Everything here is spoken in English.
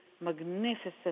magnificent